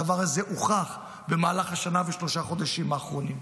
הדבר הזה הוכח במהלך השנה ושלושת חודשים האחרונים.